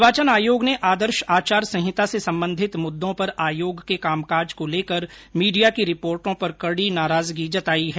निर्वाचन आयोग ने आदर्श आचार संहिता से संबंधित मुद्दों पर आयोग के कामकाज को लेकर मीडिया की रिपोर्टो पर कड़ी नाराजगी जताई है